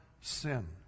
sin